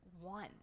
one